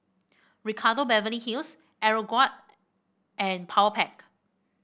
Ricardo Beverly Hills Aeroguard and Powerpac